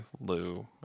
Lou